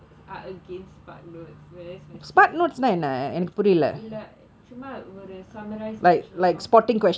are against spark notes whereas my seniors இல்ல சும்மா ஒரு:illa chumma oru summarised version of